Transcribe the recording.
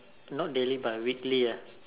not daily but weekly